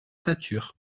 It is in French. satur